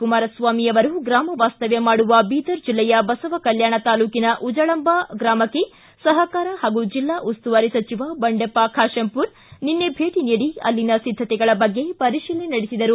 ಕುಮಾರಸ್ವಾಮಿ ಅವರು ಗ್ರಾಮ ವಾಸ್ತವ್ಯ ಮಾಡುವ ಬೀದರ್ ಜಿಲ್ಲೆಯ ಬಸವಕಲ್ಕಾಣ ತಾಲೂಕಿನ ಉಜಳಂಬ ಗ್ರಾಮಕ್ಕೆ ಸಹಕಾರ ಹಾಗೂ ಜಿಲ್ಲಾ ಉಸ್ತುವಾರಿ ಸಚಿವ ಬಂಡೆಪ್ಪ ಖಾಶೆಂಪೂರ ನಿನ್ನೆ ಭೇಟ ನೀಡಿ ಅಲ್ಲಿನ ಸಿದ್ಧತೆಗಳ ಬಗ್ಗೆ ಪರಿಶೀಲನೆ ನಡೆಸಿದರು